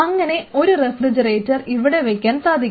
അങ്ങനെ ഒരു റഫ്രിജറേറ്റർ ഇവിടെ വെക്കാൻ സാധിക്കും